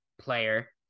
player